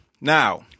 Now